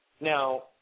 Now